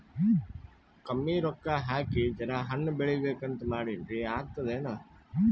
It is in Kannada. ಕಮ್ಮಿ ರೊಕ್ಕ ಹಾಕಿ ಜರಾ ಹಣ್ ಬೆಳಿಬೇಕಂತ ಮಾಡಿನ್ರಿ, ಆಗ್ತದೇನ?